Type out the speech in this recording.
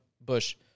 Bush